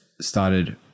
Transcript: started